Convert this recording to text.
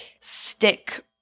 stick